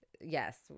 yes